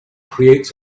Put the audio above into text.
creates